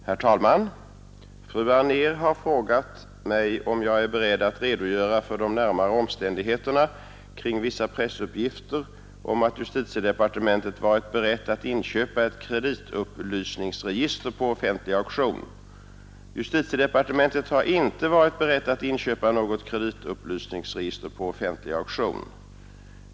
Herr talman! Fru Anér har frågat mig om jag är beredd att redogöra för de närmare omständigheterna kring vissa pressuppgifter om att justitiedepartementet varit berett att inköpa ett kreditupplysningsregister på offentlig auktion. Justitiedepartementet har inte varit berett att inköpa något kreditupplysningsregister på offentlig auktion.